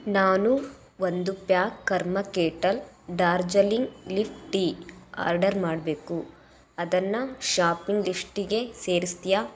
ನಾನು ಒಂದು pack Karma Kettle Darjeeling leaf tea order ಮಾಡಬೇಕು ಅದನ್ನ ಷಾಪಿಂಗ್ ಲಿಸ್ಟಿಗೆ ಸೇರಿಸ್ತೀಯ